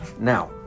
Now